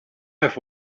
have